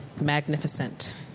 magnificent